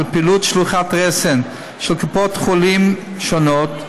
פעילות שלוחת רסן של קופות חולים שונות,